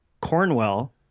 Cornwell